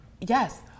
Yes